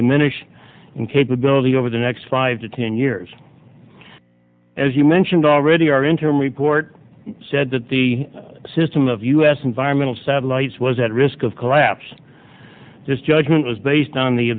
diminish in capability over the next five to ten years as you mentioned already our interim report said that the system of u s environmental satellites was at risk of collapse this judgment was based on the